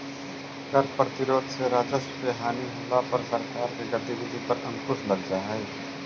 कर प्रतिरोध से राजस्व के हानि होला पर सरकार के गतिविधि पर अंकुश लग जा हई